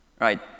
Right